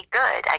good